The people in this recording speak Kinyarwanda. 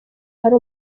hari